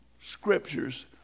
scriptures